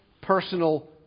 personal